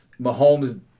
Mahomes